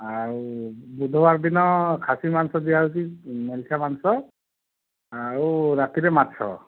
ଆଉ ବୁଧବାର ଦିନ ଖାସି ମାଂସ ଦିଆହେଉଛି ମାଂସ ଆଉ ରାତିରେ ମାଛ